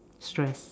stress